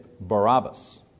Barabbas